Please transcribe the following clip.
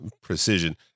precision